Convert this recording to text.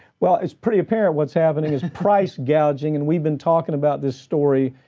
well, it's pretty apparent what's happening is price gouging and we've been talking about this story.